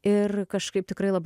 ir kažkaip tikrai labai